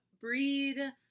Breed